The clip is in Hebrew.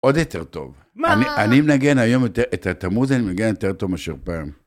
עוד יותר טוב. מה? אני אם נגן היום את התמוז, אני מנגן יותר טוב מאשר פעם.